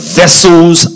vessels